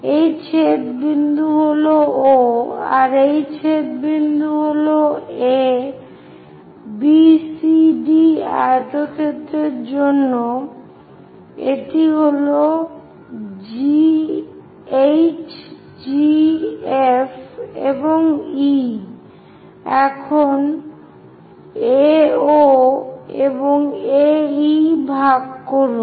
এই ছেদ বিন্দু হল O আর এই বিন্দু হল A BCD আয়তক্ষেত্রের জন্য এটি হল HG F এবং E এখন AO এবং AE ভাগ করুন